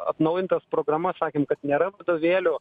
atnaujintas programas sakėm kad nėra vadovėlių